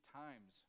times